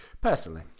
Personally